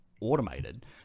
automated